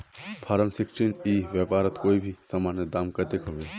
Form sixteen ई व्यापारोत कोई भी सामानेर दाम कतेक होबे?